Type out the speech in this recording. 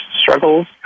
struggles